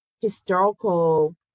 historical